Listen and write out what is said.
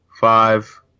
Five